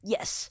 Yes